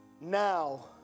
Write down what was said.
now